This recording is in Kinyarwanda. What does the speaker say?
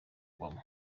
ngoma